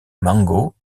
mango